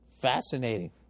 fascinating